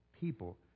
people